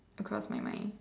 across my mind